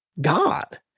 God